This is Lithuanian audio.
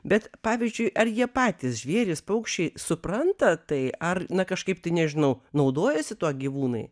bet pavyzdžiui ar jie patys žvėrys paukščiai supranta tai ar na kažkaip tai nežinau naudojasi tuo gyvūnai